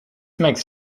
makes